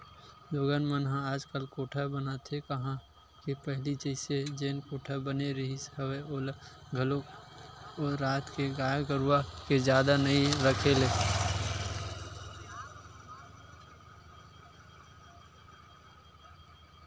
लोगन मन ह आजकल कोठा बनाते काँहा हे पहिली जइसे जेन कोठा बने रिहिस हवय ओला घलोक ओदरात हे गाय गरुवा के जादा नइ रखे ले